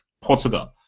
Portugal